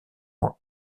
ans